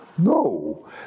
No